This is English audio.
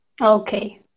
Okay